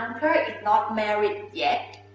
um not married yet.